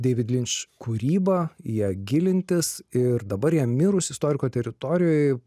deivid linč kūrybą į ją gilintis ir dabar jam mirus istoriko teritorijoj